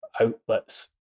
outlets